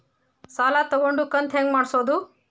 ಸಾಲ ತಗೊಂಡು ಕಂತ ಹೆಂಗ್ ಮಾಡ್ಸೋದು?